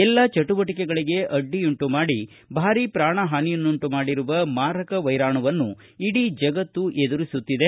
ಎಲ್ಲಾ ಚಟುವಟಿಕೆಗಳಿಗೆ ಅಡ್ಡಿಯುಂಟು ಮಾಡಿ ಭಾರಿ ಪೂಣ ಹಾನಿಯನ್ನುಂಟು ಮಾಡಿರುವ ಮಾರಕ ವೈರಾಣುವನ್ನು ಇಡೀ ಜಗತ್ತು ಎದುರಿಸುತ್ತಿದೆ